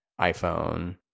iphone